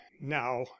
now